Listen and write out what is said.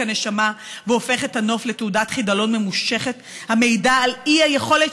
הנשמה והופך את הנוף לתעודת חידלון ממושכת המעידה על האי-יכולת